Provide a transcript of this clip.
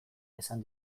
esan